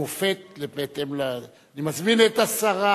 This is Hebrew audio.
למופת בהתאם, אני מזמין את השרה